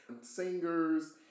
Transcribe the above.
Singers